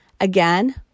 again